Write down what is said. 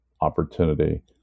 opportunity